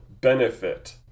benefit